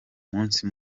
munsi